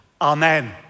Amen